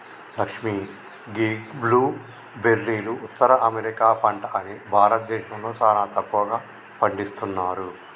లక్ష్మీ గీ బ్లూ బెర్రీలు ఉత్తర అమెరికా పంట అని భారతదేశంలో సానా తక్కువగా పండిస్తున్నారు